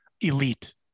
elite